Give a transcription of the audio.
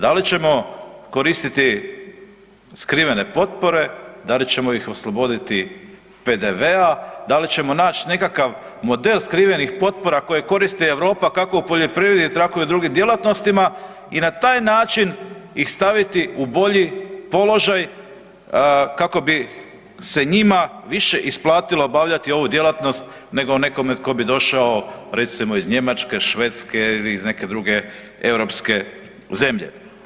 Da li ćemo koristiti skrivene potpore, da li ćemo ih osloboditi PDV-a, da li ćemo nać nekakav model skrivenih potpora koje koristi Europa kako u poljoprivredi, tako i u drugim djelatnostima i na taj način ih staviti u bolji položaj kako bi se njima više isplatilo obavljati ovu djelatnost nego nekome tko bi došao recimo iz Njemačke, Švedske ili iz neke druge europske zemlje.